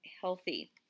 healthy